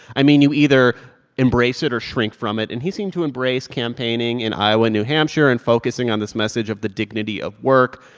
i mean, you either embrace it or shrink from it. and he seemed to embrace campaigning in iowa, new hampshire and focusing on this message of the dignity of work.